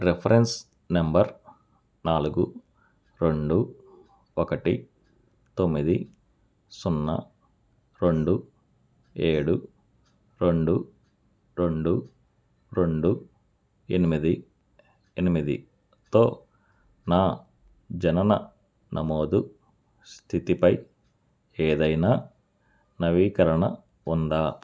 reference number నాలుగు రెండు ఒకటి తొమ్మిది సున్నా రెండు ఏడు రెండు రెండు రెండు ఎనిమిది ఎనిమిదితో నా జనన నమోదు స్థితిపై ఏదైనా నవీకరణ ఉందా